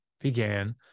began